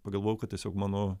pagalvojau kad tiesiog mano